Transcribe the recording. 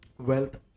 wealth